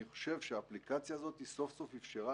אני חושב שהאפליקציה הזאת סוף סוף אפשרה